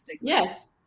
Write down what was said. Yes